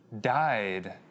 died